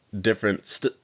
different